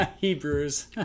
Hebrews